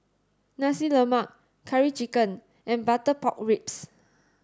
Nasi Lemak curry chicken and butter pork ribs